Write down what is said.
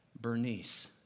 Bernice